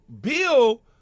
Bill